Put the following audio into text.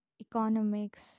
economics